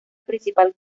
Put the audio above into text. principal